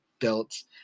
belts